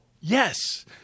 Yes